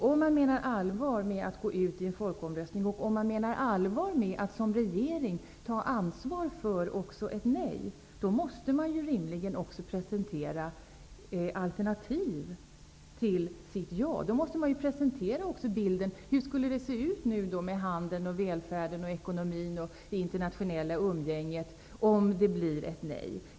Om man menar allvar med att gå ut i en folkomröstning, och om man menar allvar med att som regering ta ansvar också för ett nej, måste man rimligen presentera alternativ till sitt ja. Man måste ge en bild av hur det kommer att se ut med handeln, välfärden, ekonomin, det internationella umgänget om det blir ett nej.